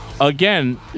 again